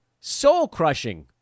soul-crushing